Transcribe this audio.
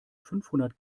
fünfhundert